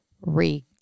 re